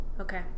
Okay